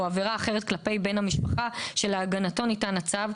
או עבירה אחרת כלפי בן המשפחה שלהגנתו ניתן הצו,